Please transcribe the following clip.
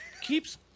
keeps